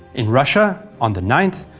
in russia, on the ninth,